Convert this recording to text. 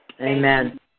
Amen